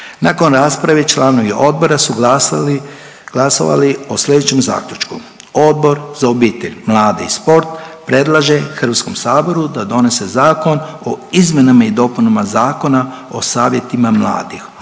Nakon rasprave članovi odbora su glasovali o sljedećem zaključku: Odbor za obitelj, mlade i sport predlaže Hrvatskom saboru da donese Zakon o izmjenama i dopunama Zakona o savjetima mladih.